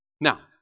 Now